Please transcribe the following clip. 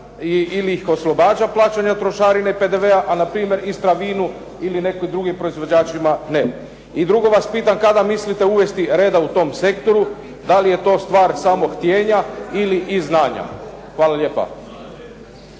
ili ih se oslobađa plaćanja trošarine i PDV-a, a npr. "Istra vinu" ili nekim drugim proizvođačima ne. I drugo pitanje je kada mislite uvesti reda u tom sektoru? Da li je to stvar samo htjenja ili znanja? Hvala lijepo.